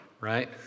right